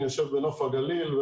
אני יושב בנוף הגליל,